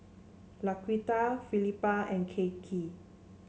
Laquita Felipa and Kaycee